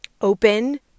open